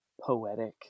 poetic